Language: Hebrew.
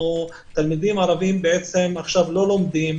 תלמידים ערבים עכשיו לא לומדים.